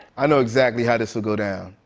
i know exactly how this will go down.